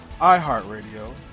iHeartRadio